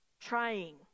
trying